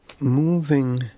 moving